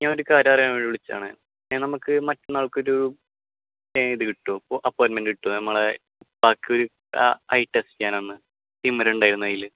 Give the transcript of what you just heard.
ഞാനൊരു കാര്യം അറിയാൻ വേണ്ടി വിളിച്ചതാണേ ഏ നമുക്ക് മറ്റന്നാൾക്കൊരു പെയ്ഡ് കിട്ടുമോ അപ്പോയിന്റ്മെന്റ് കിട്ടുമോ നമ്മളെ ആൾക്ക് ഐ ടെസ്റ്റ് ചെയ്യാനായിരുന്നേ തിമിരം ഉണ്ടായിരുന്നേ ഐയിൽ